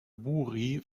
buri